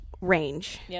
range